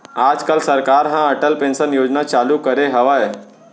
आज काल सरकार ह अटल पेंसन योजना चालू करे हवय